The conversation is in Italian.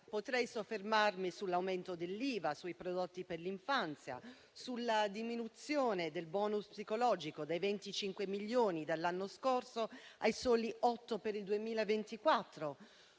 Potrei soffermarmi sull'aumento dell'IVA sui prodotti per l'infanzia, sulla diminuzione del *bonus* psicologico dai 25 milioni dell'anno scorso ai soli 8 per il 2024;